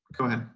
go ahead.